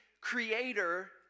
Creator